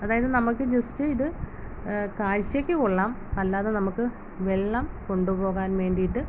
അതായത് നമുക്ക് ജസ്റ്റ് ഇത് കാഴ്ച്ചയ്ക്ക് കൊള്ളാം അല്ലാതെ നമുക്ക് വെള്ളം കൊണ്ടുപോകാൻ വേണ്ടിയിട്ട്